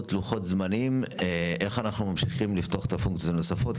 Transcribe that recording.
לוחות זמנים לגבי איך אנחנו ממשיכים לפתוח את זה לפונקציות נוספות,